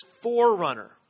forerunner